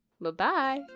Bye-bye